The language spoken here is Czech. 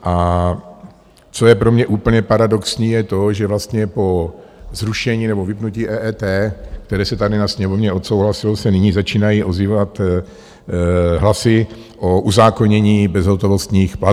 A co je pro mě úplně paradoxní, je to, že vlastně po zrušení nebo vypnutí EET, které se tady na Sněmovně odsouhlasilo, se nyní začínají ozývat hlasy o uzákonění bezhotovostních plateb.